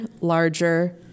larger